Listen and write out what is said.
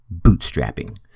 bootstrapping